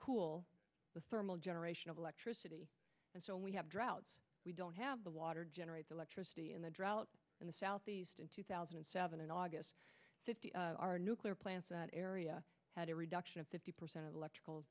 cool the thermal generation of electricity and so we have droughts we don't have the water generates electricity and the drought in the southeast in two thousand and seven in august fifty our nuclear plants that area had a reduction of fifty percent of electrical